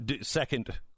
second